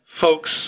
folks